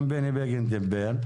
גם בני בגין דיבר.